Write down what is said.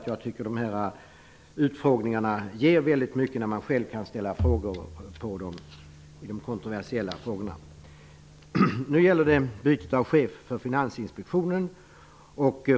Jag tycker nämligen att utfrågningarna ger väldigt mycket. Man kan ju själv ställa frågor i kontroversiella spörsmål. Nu gäller det byte av chef för Finansinspektionen.